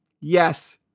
Yes